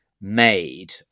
made